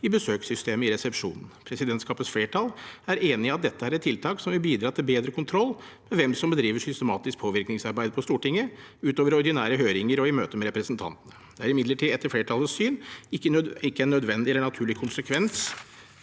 i besøkssystemet i resepsjonen. Presidentskapets flertall er enig i at dette er et tiltak som vil bidra til bedre kontroll med hvem som bedriver systematisk påvirkningsarbeid på Stortinget, utover i ordinære høringer og i møter med representantene. Det er imidlertid etter flertallets syn ikke en nødvendig eller naturlig konsekvens